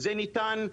זה ניתן,